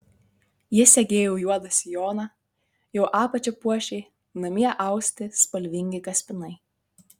ji segėjo juodą sijoną jo apačią puošė namie austi spalvingi kaspinai